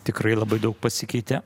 tikrai labai daug pasikeitė